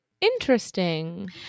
Interesting